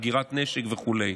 אגירת נשק וכו'.